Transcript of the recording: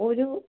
ഒരു